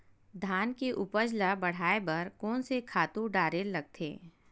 धान के उपज ल बढ़ाये बर कोन से खातु डारेल लगथे?